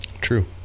True